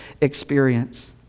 experience